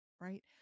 right